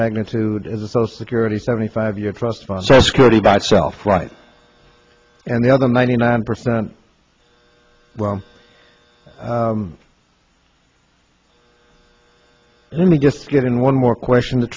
magnitude as a social security seventy five your trust fund their security by itself right and the other ninety nine percent well let me just get in one more question the